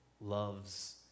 loves